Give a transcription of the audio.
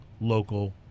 local